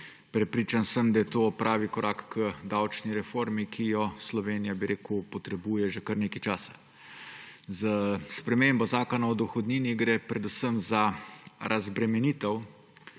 Prepričan sem, da je to pravi korak k davčni reformi, ki jo Slovenija, bi rekel, potrebuje že kar nekaj časa. S spremembo Zakona o dohodnini gre predvsem za razbremenitev